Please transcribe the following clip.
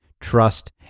trust